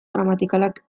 gramatikalak